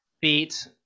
beat